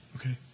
Okay